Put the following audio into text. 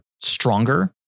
stronger